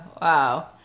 wow